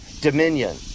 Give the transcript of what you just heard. Dominion